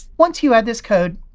once you add this code,